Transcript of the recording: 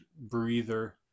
breather